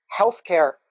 healthcare